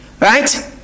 Right